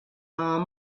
are